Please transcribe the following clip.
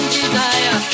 desire